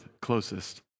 closest